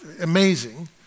amazing